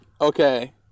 Okay